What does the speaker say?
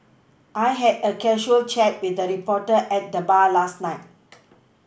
I had a casual chat with a reporter at the bar last night